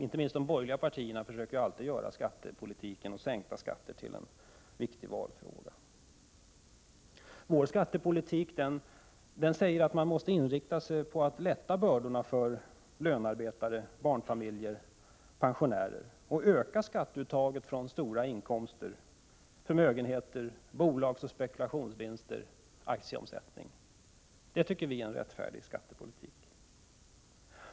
Inte minst de borgerliga partierna försöker göra skattepolitiken — sänkta skatter — till en viktig valfråga. Vpk:s skattepolitik är inriktad på att minska bördorna för lönearbetare, barnfamiljer och pensionärer samt att öka skatteuttaget från stora inkomster, förmögenheter, bolagsoch spekulationsvinster och aktieomsättning. Det är en rättfärdig skattepolitik.